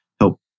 help